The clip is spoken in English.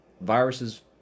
viruses